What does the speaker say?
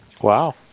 Wow